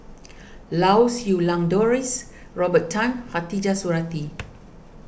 Lau Siew Lang Doris Robert Tan Khatijah Surattee